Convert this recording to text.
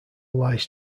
lies